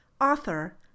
author